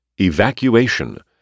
Evacuation